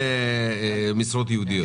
גויסו למשרות ייעודיות.